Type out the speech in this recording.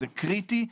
זה קריטי.